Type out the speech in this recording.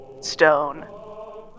Stone